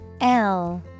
-L